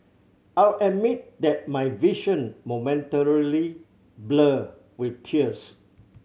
I'll admit that my vision momentarily blurred with tears